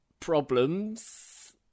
problems